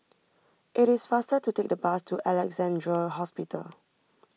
it is faster to take the bus to Alexandra Hospital